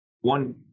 One